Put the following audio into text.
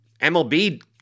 MLB